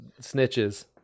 snitches